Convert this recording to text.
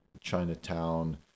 Chinatown